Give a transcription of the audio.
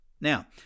Now